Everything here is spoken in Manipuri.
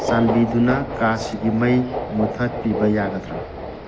ꯆꯥꯟꯕꯤꯗꯨꯅ ꯀꯥꯁꯤꯒꯤ ꯃꯩ ꯃꯨꯊꯠꯄꯤꯕ ꯌꯥꯒꯗ꯭ꯔꯥ